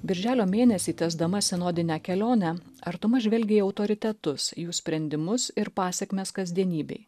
birželio mėnesį tęsdama sinodinę kelionę artuma žvelgia į autoritetus jų sprendimus ir pasekmes kasdienybėj